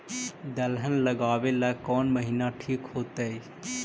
दलहन लगाबेला कौन महिना ठिक होतइ?